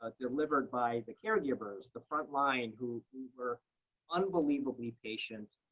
ah delivered by the caregivers, the front line, who who were unbelievably patient,